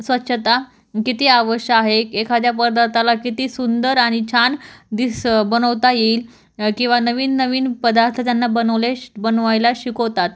स्वच्छता किती आवश्य आहे एखाद्या पदार्थाला त्याला किती सुंदर आणि छान दिस बनवता येईल किवा नवीन नवीन पदार्थ त्यांना बनवले श् बनवायला शिकवतात